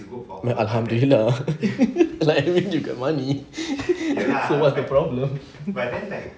ya lah alhamdulillah I need the money so what's the problem